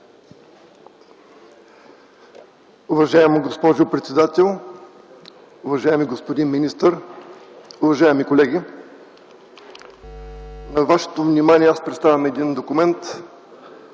Уважаема госпожо председател, уважаеми господин министър, уважаеми колеги! На вашето внимание представям един документ